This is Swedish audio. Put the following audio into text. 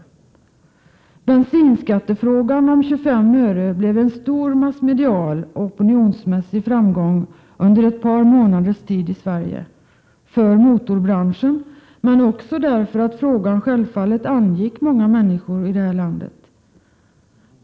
Frågan om en höjning av bensinskatten med 25 öre blev en stor massmedial och opinionsmässig framgång under ett par månaders tid — för motorbranschen, men självfallet också därför att frågan angick många människor här i landet.